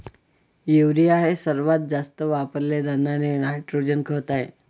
urea हे सर्वात जास्त वापरले जाणारे नायट्रोजन खत आहे